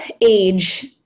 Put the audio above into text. age